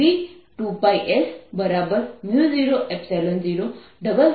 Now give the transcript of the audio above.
તેથી આ B2πs00∬E∂z